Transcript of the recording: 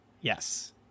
yes